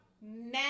men